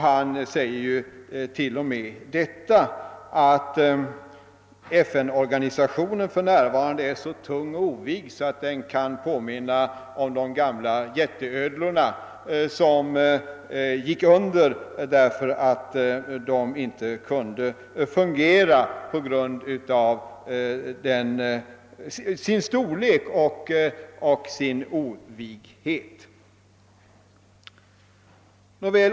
Han säger till och med att FN-organisationen för närvarande är så tung och ovig att den påminner om de gamla jätteödlorna som gick under just på grund av sin storlek och sin ovighet.